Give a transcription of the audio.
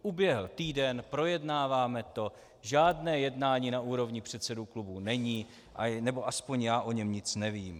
Uběhl týden, projednáváme to, žádné jednání na úrovni předsedů klubů není, nebo aspoň já o něm nic nevím.